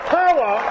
power